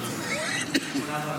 הטרומית ותעבור